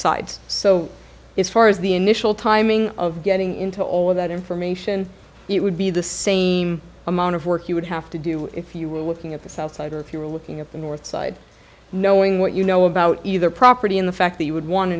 sides so it's far as the initial timing of getting into all of that information it would be the same amount of work you would have to do if you were looking at the south side or if you were looking at the north side knowing what you know about either property in the fact that you would want to